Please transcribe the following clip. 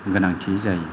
गोनांथि जायो